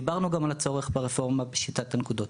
דיברנו גם על הצורך ברפורמה בשיטת הנקודות.